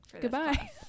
goodbye